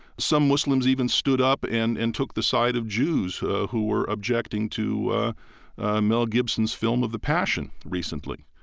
some muslims even stood up and and took the side of jews who were objecting to mel gibson's film of the passion recently.